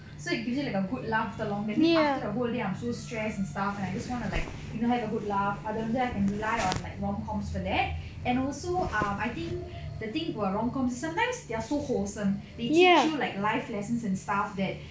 so it gives you like a good laugh after a long I mean after the whole day I'm so stress and stuff and I just want to like you know had a good laugh அதுவந்து:adhuvandhu I can rely on rom coms for that and also err I think the thing about rom coms is sometimes they're so wholesome they teach you like life lessons and stuff that